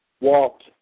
walked